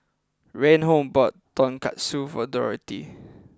Reinhold bought Tonkatsu for Dorathy